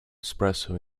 espresso